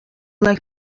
like